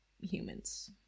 humans